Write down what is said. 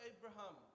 Abraham